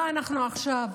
מה אנחנו עכשיו?